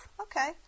Okay